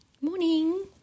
Morning